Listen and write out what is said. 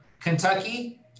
Kentucky